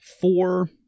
four